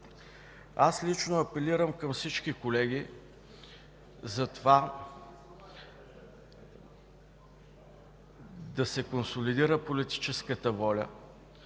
Аз лично апелирам към всички колеги за това да се консолидира политическата воля